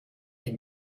dem